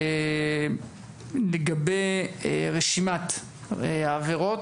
לגבי רשימת העבירות,